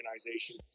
organization